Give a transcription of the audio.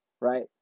right